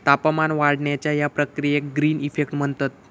तापमान वाढण्याच्या या प्रक्रियेक ग्रीन इफेक्ट म्हणतत